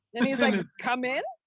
and he's like, come in?